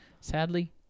Sadly